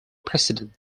president